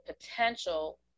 potential